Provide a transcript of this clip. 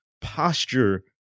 posture